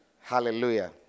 Hallelujah